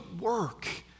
work